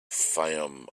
fayoum